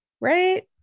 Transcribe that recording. right